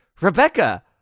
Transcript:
Rebecca